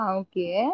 okay